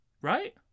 right